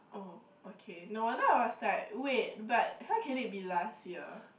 oh okay no wonder I was like wait but how can it be last year